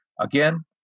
Again